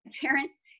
parents